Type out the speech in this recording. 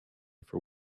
for